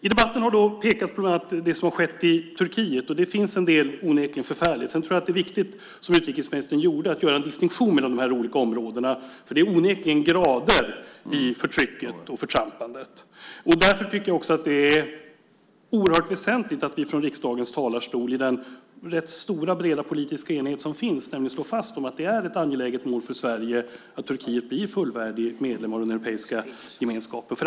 I debatten har bland annat pekats på det som har skett i Turkiet. Det finns en del som onekligen är förfärligt. Jag tror att det är viktigt att som utrikesministern göra en distinktion mellan de olika områdena. Det finns onekligen grader i förtrycket och förtrampandet. Därför tycker jag också att det är oerhört väsentligt att vi från riksdagens talarstol i den rätt stora breda politiska enighet som finns slår fast att det är ett angeläget mål för Sverige att Turkiet blir fullvärdig medlem av den europeiska gemenskapen.